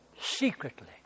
secretly